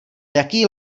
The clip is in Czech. jaký